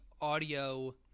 audio